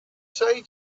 say